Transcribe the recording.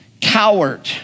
Coward